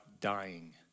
dying